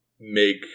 make